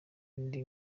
indi